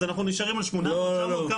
אז אנחנו נשארים על 800 900?